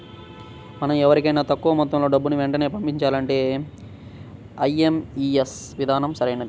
మనం వేరెవరికైనా తక్కువ మొత్తంలో డబ్బుని వెంటనే పంపించాలంటే ఐ.ఎం.పీ.యస్ విధానం సరైనది